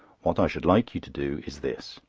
what i should like you to do is this.